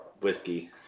whiskey